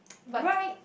right